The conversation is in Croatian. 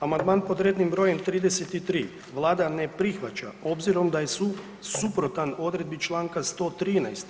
Amandman pod rednim brojem 33 Vlada ne prihvaća obzirom da je suprotan odredbi čl. 113.